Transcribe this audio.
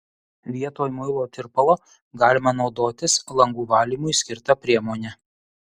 vietoj muilo tirpalo galima naudotis langų valymui skirta priemone